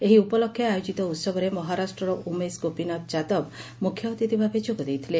ଏହି ଉପଲକ୍ଷେ ଆୟୋକିତ ଉହବରେ ମହାରାଷ୍ଟର ଉମେଶ ଗୋପୀନାଥ ଯାଦବ ମୁଖ୍ୟ ଅତିଥ ଭାବେ ଯୋଗ ଦେଇଥିଲେ